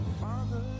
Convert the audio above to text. Father